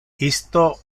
isto